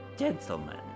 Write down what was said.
Gentlemen